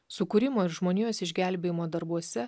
sukūrimo ir žmonijos išgelbėjimo darbuose